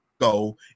go